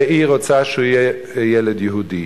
והיא רוצה שהוא יהיה ילד יהודי.